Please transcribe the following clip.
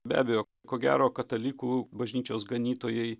be abejo ko gero katalikų bažnyčios ganytojai